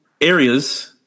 areas